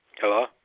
Hello